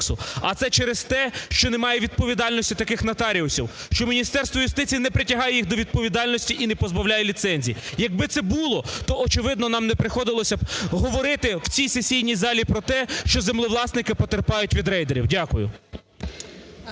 а це через те, що немає відповідальності таких нотаріусів, що Міністерство юстиції не притягає їх до відповідальності і не позбавляє ліцензії. Якби це було, то, очевидно, нам не приходилося б говорити у цій сесійній залі про те, що землевласники потерпають від рейдерів. Дякую.